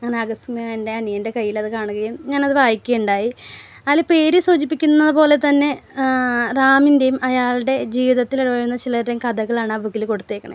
അങ്ങനെ ആകസ്മികമായെൻ്റെ അനിയൻ്റെ കയ്യിലത് കാണുകയും ഞാനത് വായിക്കുകയുമുണ്ടായി അതിൽ പേര് സൂചിപ്പിക്കുന്നതു പോലെത്തന്നെ റാമിന്റേയും അയാളുടെ ജീവിതത്തിൽ വരുന്ന ചിലരുടെയും കഥകളാണ് ആ ബുക്കിൽ കൊടുത്തേക്കണേ